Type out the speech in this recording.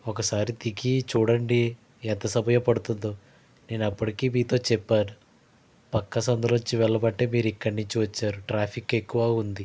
ఒకసారి దిగి చూడండి ఎంత సమయం పడుతుందో నేను అప్పటికి మీతో చెప్పాను పక్క సందు నుంచి వెళ్ళమంటే మీరు ఇక్కది నుంచి వచ్చారు ట్రాఫిక్ ఎక్కువ ఉంది